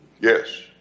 Yes